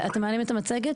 דברים